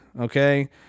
Okay